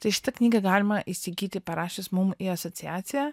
tai šitą knygą galima įsigyti parašius mum į asociaciją